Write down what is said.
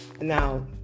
Now